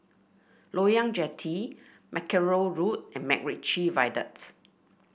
Loyang Jetty Mackerrow Road and MacRitchie Viaduct